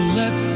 let